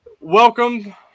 Welcome